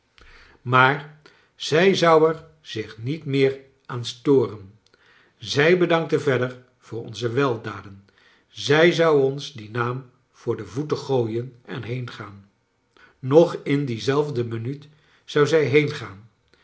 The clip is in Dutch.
maar zij zou er zich niet rneer aan storen zij bedankte verder voor onze weldaden zij zou ons dien naam voor de voeten gooien en heengaan nog in die zelfde minuut zou zij heengaan